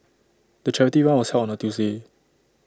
the charity run was held on A Tuesday